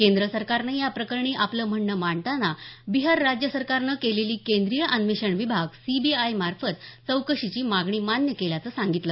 केंद्र सरकारने या प्रकरणी आपलं म्हणणं मांडताना बिहार राज्य सरकारनं केलेली केंद्रीय अन्वेषण विभाग सीबीआयमार्फत चौकशीची मागणी मान्य केल्याचं सांगितल